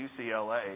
UCLA